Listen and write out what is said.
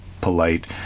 polite